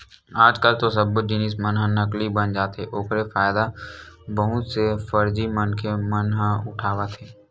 आज कल तो सब्बे जिनिस मन ह नकली बन जाथे ओखरे फायदा बहुत से फरजी मनखे मन ह उठावत हे